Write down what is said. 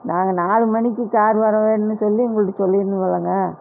நாங்கள் நாலு மணிக்கு கார் வர வேணுன்னு சொல்லி உங்கள்கிட்ட சொல்லிருந்தோம்லைங்க